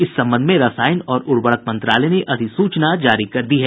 इस संबंध में रसायन और उर्वरक मंत्रालय ने अधिसूचना जारी कर दी है